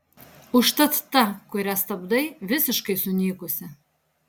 užtat ta kuria stabdai visiškai sunykusi